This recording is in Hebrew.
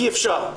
כי אפשר.